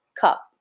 cup